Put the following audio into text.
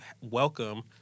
welcome